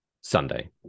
Sunday